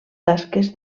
tasques